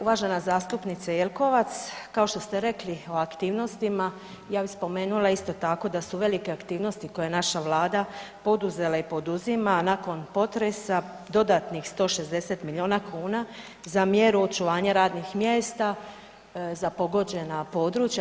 Uvažena zastupnice Jelkovac, kao što ste rekli o aktivnosti ja bih spomenula isto tako da su velike aktivnosti koje je naša Vlada poduzela i poduzima nakon potresa dodatnih 160 milijuna kuna za mjeru očuvanja radnih mjesta za pogođena područja.